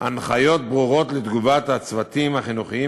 הנחיות ברורות לתגובת הצוותים החינוכיים